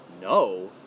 no